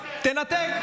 תנתק,